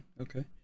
okay